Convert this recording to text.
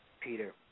Peter